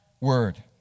word